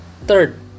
third